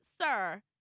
sir